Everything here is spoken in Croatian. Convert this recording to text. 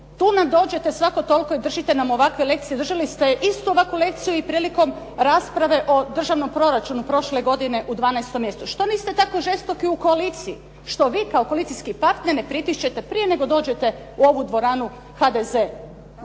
Tu nam dođete svako toliko i držite nam ovakve lekcije, držali ste istu ovakvu lekciju i prilikom rasprave o državnom proračunu prošle godine u 12 mjesecu. Što niste tako žestoki u koaliciji. Što vi kao koalicijski partner ne pritišćete prije nego dođete u ovu dvoranu HDZ.